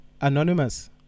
Anonymous